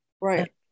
Right